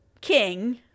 king